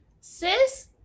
sis